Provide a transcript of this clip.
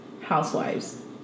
housewives